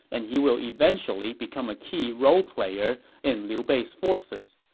and he will eventually become a key role player in liu bei's forces.